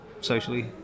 socially